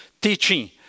teaching